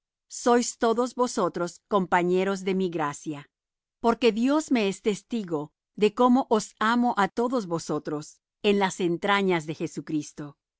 sois todos vosotros compañeros de mi gracia porque dios me es testigo de cómo os amo á todos vosotros en las entrañas de jesucristo